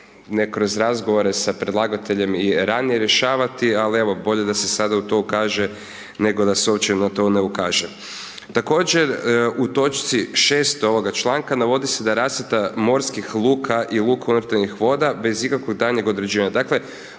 ne kroz razgovore, sa predlagateljem i ranije rješavati, ali evo, bolje da se sada u to ukaže, nego da se uopće na to ne ukaže. Također u točci 6. ovoga članka navodi se da rasvjeta morskih luka i lukovertilnih voda bez ikakvog daljnjeg određivanja,